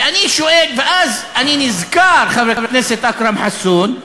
ואני שואל, ואז אני נזכר, חבר הכנסת אכרם חסון,